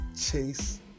chase